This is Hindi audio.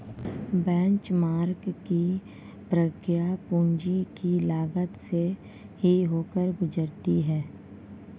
बेंचमार्क की प्रक्रिया पूंजी की लागत से ही होकर गुजरती है